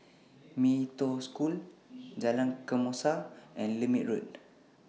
Mee Toh School Jalan Kesoma and Lermit Road